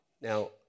Now